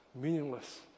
meaningless